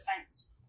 defense